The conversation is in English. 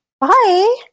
Bye